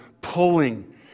pulling